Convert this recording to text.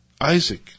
Isaac